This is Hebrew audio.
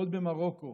עוד במרוקו,